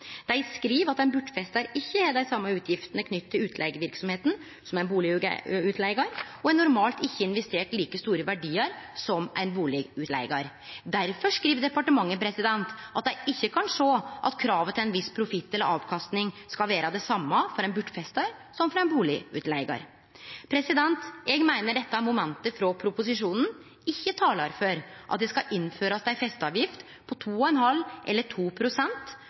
Dei skriv at ein bortfestar ikkje har dei same utgiftene knytte til utleigeverksemda som ein bustadutleigar, og han har normalt ikkje investert like store verdiar som ein bustadutleigar. Difor skriv departementet òg at dei ikkje kan sjå at kravet til ein viss profitt eller avkasting skal vere det same for ein bortfestar som for ein bustadutleigar. Eg meiner dette momentet i proposisjonen ikkje talar for at det skal innførast ei festeavgift på